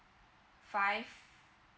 five